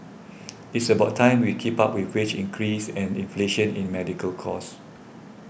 it's about time we keep up with wage increase and inflation in medical cost